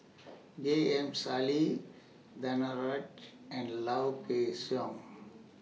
J M Sali Danaraj and Low Kway Song